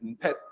pet